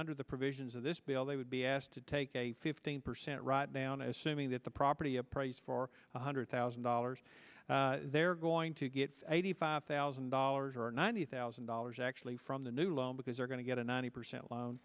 under the provisions of this bill they would be asked to take a fifteen percent write down assuming that the property a price for one hundred thousand dollars they're going to get eighty five thousand dollars or ninety thousand dollars actually from the new loan because they're going to get a ninety percent loan